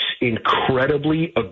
incredibly